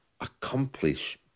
accomplish